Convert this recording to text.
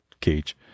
cage